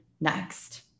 next